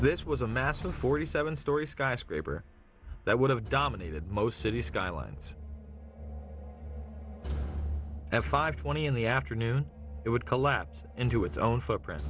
this was a massive forty seven story skyscraper that would have dominated most city skylines at five twenty in the afternoon it would collapse into its own